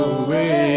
away